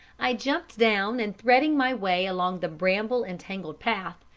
i jumped down, and threading my way along the bramble-entangled path,